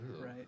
Right